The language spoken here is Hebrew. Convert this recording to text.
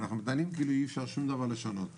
אנחנו מתנהלים כאילו אי אפשר שום דבר לשנות פה,